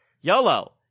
YOLO